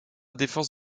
défense